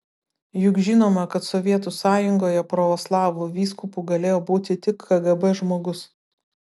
juk žinoma kad sovietų sąjungoje pravoslavų vyskupu galėjo būti tik kgb žmogus